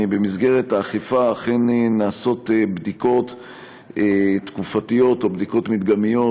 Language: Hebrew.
במסגרת האכיפה אכן נעשות בדיקות תקופתיות או בדיקות מדגמיות.